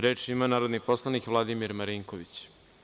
Reč ima narodni poslanik Vladimir Marinković.